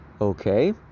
Okay